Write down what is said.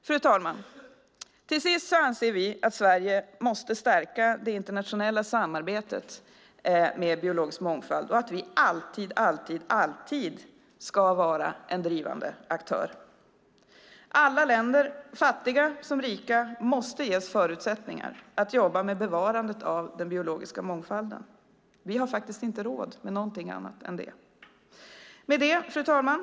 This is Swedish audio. Fru talman! Till sist anser vi att Sverige måste stärka det internationella samarbetet när det gäller biologisk mångfald och att vi alltid ska vara en drivande aktör. Alla länder, fattiga som rika, måste ges förutsättningar att jobba med bevarandet av den biologiska mångfalden. Vi har faktiskt inte råd med någonting annat än det. Fru talman!